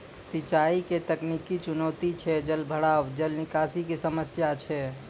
सिंचाई के तकनीकी चुनौतियां छै जलभराव, जल निकासी के समस्या छै